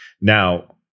Now